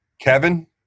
Kevin